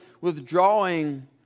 withdrawing